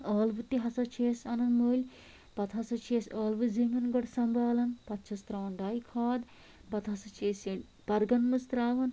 ٲلوٕ تہِ ہسا چھِ أسۍ اَنان مٔلۍ پَتہٕ ہسا چھِ أسۍ ٲلوٕ زٔمیٖن گۄڈٕ سَمبالان پَتہٕ چھِس ترٛاوان ڈاے کھاد پَتہٕ ہسا چھِ أسۍ یہِ پرگَن منٛز ترٛاوان